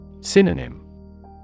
Synonym